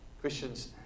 Christians